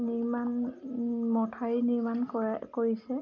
নিৰ্মাণ মথাউৰি নিৰ্মাণ কৰে কৰিছে